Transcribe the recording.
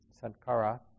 sankara